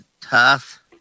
tough